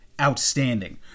outstanding